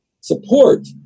support